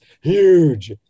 huge